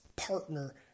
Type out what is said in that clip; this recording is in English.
partner